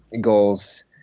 goals